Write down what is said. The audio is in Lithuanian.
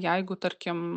jeigu tarkim